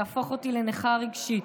יהפוך אותי לנכה רגשית,